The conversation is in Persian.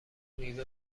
میوه